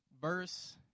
verse